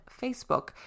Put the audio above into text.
Facebook